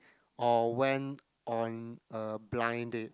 or went on a blind date